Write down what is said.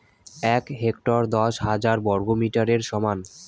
এক হেক্টর দশ হাজার বর্গমিটারের সমান